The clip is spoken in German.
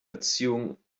erziehung